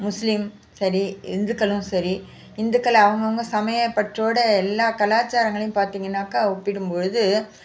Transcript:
முஸ்லீம் சரி இந்துக்களும் சரி இந்துக்கள் அவங்கவுங்க சமய பற்றோடய எல்லா கலாச்சாரங்களையும் பார்த்தீங்கன்னாக்கா ஒப்பிடும் பொழுது